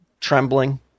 trembling